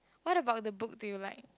what about the book do you like